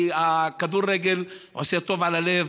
כי הכדורגל עושה טוב על הלב,